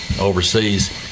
overseas